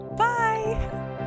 Bye